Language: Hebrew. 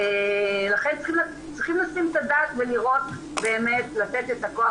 לכן צריכים לשים את הדעת ולראות באמת לתת את הכוח